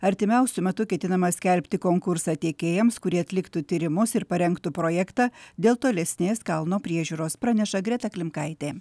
artimiausiu metu ketinama skelbti konkursą tiekėjams kurie atliktų tyrimus ir parengtų projektą dėl tolesnės kalno priežiūros praneša greta klimkaitė